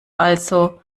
also